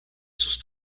sus